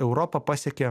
europą pasiekė